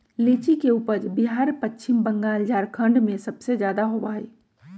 लीची के उपज बिहार पश्चिम बंगाल झारखंड में सबसे ज्यादा होबा हई